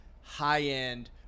high-end